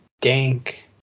dank